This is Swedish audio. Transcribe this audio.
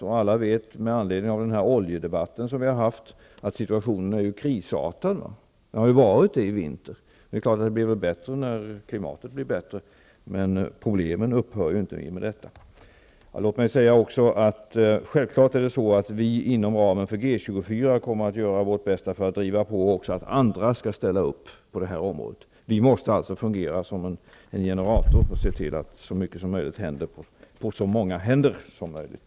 Och alla vet med anledning av den oljedebatt som vi har haft att situationen har varit krisartad i vinter. Den blir väl bättre när klimatet blir bättre, men problemen upphör inte i och med detta. Låt mig även säga att vi inom ramen för G 24 kommer att göra vårt bästa för att driva på så att också andra skall ställa upp på detta område. Vi måste alltså fungera som en generator och se till att så mycket som möjligt händer på så många händer som möjligt.